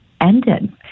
ended